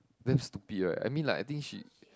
very stupid right I mean like I think she